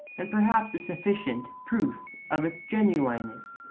and perhaps a sufficient, proof of its genuineness.